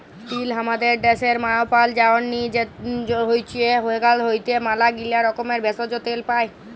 তিল হামাদের ড্যাশের মায়পাল যায়নি হৈচ্যে সেখাল হইতে ম্যালাগীলা রকমের ভেষজ, তেল পাই